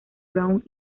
brown